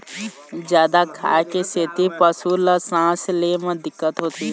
जादा खाए के सेती पशु ल सांस ले म दिक्कत होथे